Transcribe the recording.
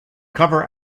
cover